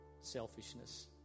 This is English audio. selfishness